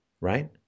right